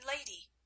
lady